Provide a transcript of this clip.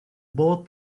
both